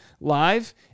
live